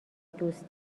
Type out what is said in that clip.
دوست